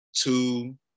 Two